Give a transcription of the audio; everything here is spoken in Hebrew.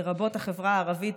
לרבות החברה הערבית,